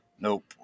nope